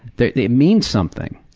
that it means something.